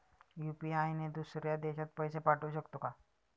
UPI ने दुसऱ्या देशात पैसे पाठवू शकतो का?